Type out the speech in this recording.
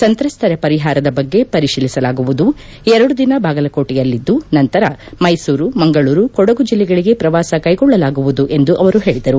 ಸಂತ್ರಸ್ತರ ಪರಿಹಾರದ ಬಗ್ಗೆ ಪರಿತೀಲಿಸಲಾಗುವುದು ಎರಡು ದಿನ ಬಾಗಲಕೋಟೆಯಲ್ಲಿದ್ದು ನಂತರ ಮೈಸೂರು ಮಂಗಳೂರು ಕೊಡಗು ಜಲ್ಲೆಗಳಿಗೆ ಪ್ರವಾಸ ಕ್ಟೆಗೊಳ್ಲಲಾಗುವುದು ಎಂದು ಅವರು ಹೇಳಿದರು